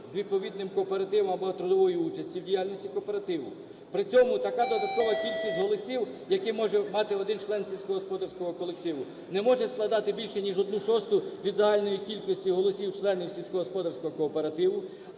з відповідним кооперативом або трудової участі в діяльності кооперативу. При цьому така додаткова кількість голосів, які може мати один член сільськогосподарського колективу, не може складати більше, ніж одну шосту від загальної кількості голосів членів сільськогосподарського кооперативу,